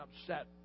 upset